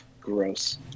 gross